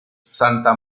santa